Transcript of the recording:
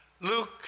Luke